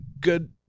good